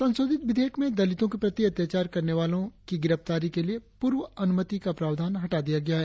संशोधित विधेयक में दलितों के प्रति अत्याचार करने वालों की गिरफ्तारी के लिए पूर्व अनुमति का प्रावधान हटा दिया गया है